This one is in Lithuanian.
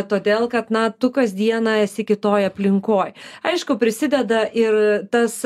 todėl kad na tu kas dieną esi kitoj aplinkoj aišku prisideda ir tas